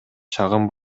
чагым